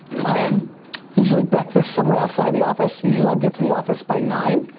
and usually breakfast somewhere outside the office. usually i'll get to the office by nine.